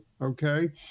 Okay